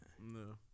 No